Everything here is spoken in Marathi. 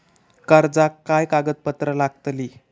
कर्जाक काय कागदपत्र लागतली?